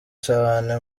cane